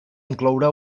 incloure